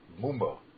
Mumbo